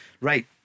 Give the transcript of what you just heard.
right